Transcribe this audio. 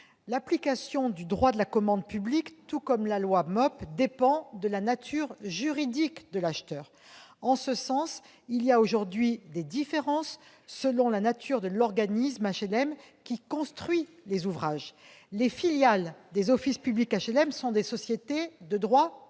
L'application du droit de la commande publique, tout comme la loi MOP, dépend de la nature juridique de l'acheteur. En ce sens, il y a aujourd'hui des différences selon la nature de l'organisme d'HLM qui construit les ouvrages. Les filiales des offices publics d'HLM sont des sociétés de droit privé,